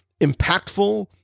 impactful